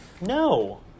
No